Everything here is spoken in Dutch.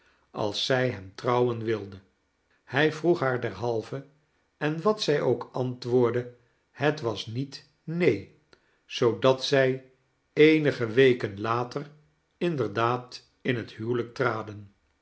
als zij hem trouwen wilde hij vroeg haar derhalve en wat zij ook antwoordde het was niet neen zoodat zij eenige weken later inderdaad in het huwelijk traden